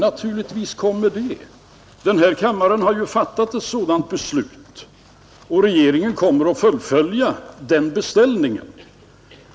Naturligtvis kommer den, Kammaren har ju fattat ett sådant beslut, och regeringen kommer att fullfölja beställningen.